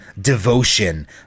devotion